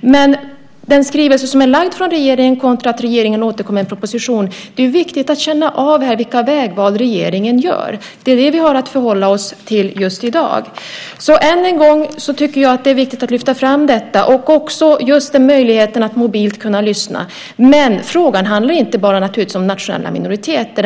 Men regeringen har lagt fram en skrivelse och ska återkomma med en proposition. Det är viktigt att känna av vilka vägval regeringen gör. Det är vad vi har att förhålla oss till just i dag. Det är viktigt att lyfta fram detta och möjligheten att mobilt kunna lyssna. Men frågan handlar inte bara om nationella minoriteter.